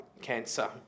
cancer